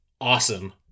awesome